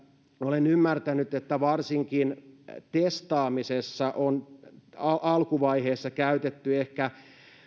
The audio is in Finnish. olen ymmärtänyt että varsinkin testaamisessa on alkuvaiheessa käytetty ehkä